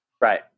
Right